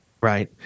right